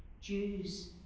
Jews